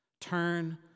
Turn